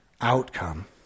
outcome